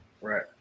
Right